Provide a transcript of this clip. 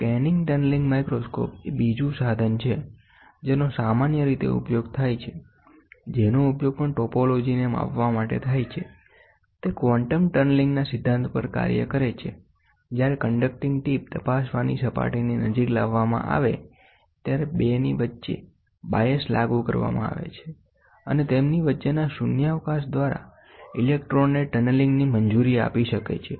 scanning tunneling microscope એ બીજું સાધન છે જેનો સામાન્ય રીતે ઉપયોગ થાય છે જેનો ઉપયોગ પણ ટોપોલોજીને માપવા માટેથાય છે તે ક્વોન્ટમ ટનલિંગના સિદ્ધાંત પર કાર્ય કરે છેજ્યારે કંડક્ટિંગ ટીપ તપાસવાની સપાટીની નજીક લાવવામાં આવે ત્યારે 2 ની વચ્ચે bias લાગુ કરવામાં આવે છે અને તેમની વચ્ચેના શૂન્યાવકાશ દ્વારા ઇલેક્ટ્રોનને ટનલીગની મંજૂરી આપી શકે છે